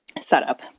setup